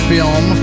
Film